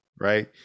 right